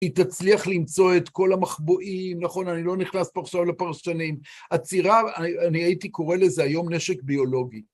היא תצליח למצוא את כל המחבואים, נכון? אני לא נכנס פה עכשיו לפרשנים. הצרעה, אני הייתי קורא לזה היום נשק ביולוגי.